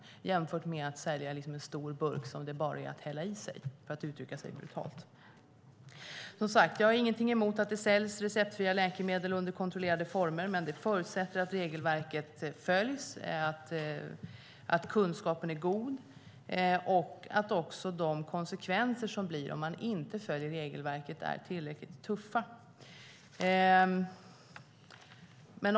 Det är en annan sak att sälja en stor burk som det så att säga bara är att hälla i sig, för att uttrycka sig brutalt. Jag har inget emot att det säljs receptfria läkemedel under kontrollerade former, men det förutsätter att regelverket följs, att kunskapen är god och att konsekvenserna av att inte följa regelverket är tillräckligt tuffa.